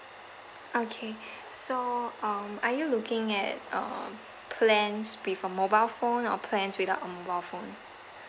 okay so um are you looking at uh plans with a mobile phone or plans without a mobile phone